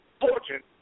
Fortune